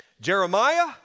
Jeremiah